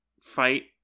fight